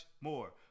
more